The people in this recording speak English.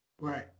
right